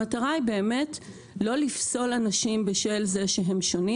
המטרה היא באמת לא לפסול אנשים על זה שהם שונים